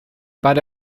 but